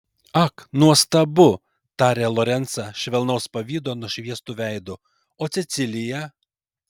ak nuostabu tarė lorencą švelnaus pavydo nušviestu veidu o cecilija